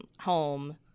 home